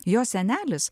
jo senelis